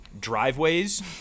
driveways